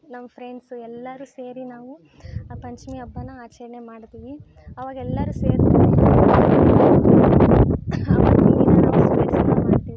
ನಮ್ಮ ಫ್ರೆಂಡ್ಸು ಎಲ್ಲರೂ ಸೇರಿ ನಾವು ಆ ಪಂಚಮಿ ಹಬ್ಬನ ಆಚರಣೆ ಮಾಡ್ತೀವಿ ಅವಾಗ ಎಲ್ಲರೂ ಸೇರಿಕೊಂಡು ಆವತ್ತಿನ ದಿನ ನಾವು ಸ್ವೀಟ್ಸ್ನ ಮಾಡ್ತೀವಿ